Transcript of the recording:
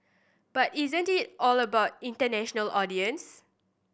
but isn't it all about international audience